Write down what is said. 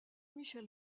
michel